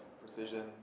precision